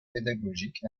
pédagogique